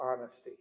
honesty